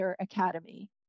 Academy